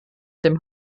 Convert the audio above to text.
dem